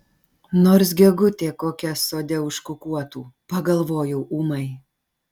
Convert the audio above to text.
nors gegutė kokia sode užkukuotų pagalvojau ūmai